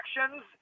actions